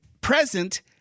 present